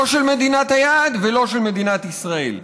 לא של מדינת היעד ולא של מדינת ישראל.